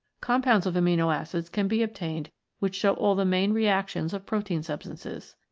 compounds of amino-acids can be obtained which show all the main reactions of protein substances.